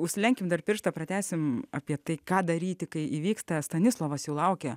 užsilenkim pirštą pratęsim apie tai ką daryti kai įvyksta stanislovas jau laukia